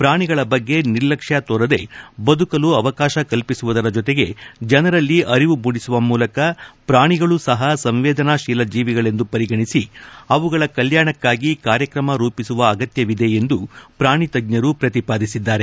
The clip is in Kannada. ಪ್ರಾಣಿಗಳ ಬಗ್ಗೆ ನಿರ್ಲಕ್ಷ ತೋರದೆ ಬದುಕಲು ಅವಕಾಶ ಕಲ್ಪಿಸುವುದರ ಜೊತೆಗೆ ಜನರಲ್ಲಿ ಅರಿವು ಮೂಡಿಸುವ ಮೂಲಕ ಪ್ರಾಣಿಗಳೂ ಸಹ ಸಂವೇದನಾಶೀಲ ಜೀವಿಗಳೆಂದು ಪರಿಗಣಿಸಿ ಅವುಗಳ ಕಲ್ಕಾಣಕ್ಕಾಗಿ ಕಾರ್ಯಕ್ರಮ ರೂಪಿಸುವ ಅಗತ್ಯವಿದೆ ಎಂದು ಪ್ರಾಣಿ ತಜ್ಜರು ಪ್ರತಿಪಾದಿಸಿದ್ದಾರೆ